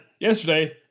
Yesterday